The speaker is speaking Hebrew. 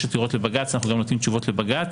עתירות לבג"צ אנחנו גם נותנים תשובות לבג"צ,